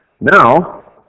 Now